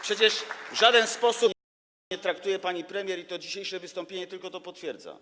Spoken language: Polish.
Przecież w żaden sposób nikt poważnie nie traktuje pani premier i to dzisiejsze wystąpienie tylko to potwierdza.